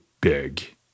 big